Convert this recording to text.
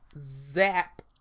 zap